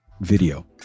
video